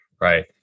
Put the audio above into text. right